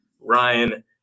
Ryan